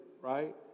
right